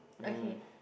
okay